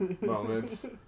moments